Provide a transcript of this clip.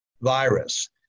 virus